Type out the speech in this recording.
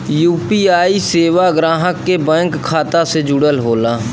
UPI सेवा ग्राहक के बैंक खाता से जुड़ल होला